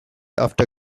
after